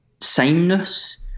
sameness